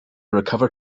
recovers